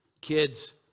kids